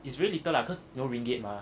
it's very little lah cause you know ringgit mah